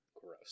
Gross